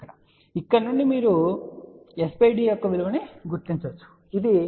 కాబట్టి ఇక్కడ నుండి మీరు s d యొక్క విలువను చదవవచ్చు ఇది 0